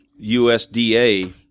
USDA